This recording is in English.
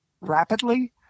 rapidly